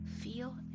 feel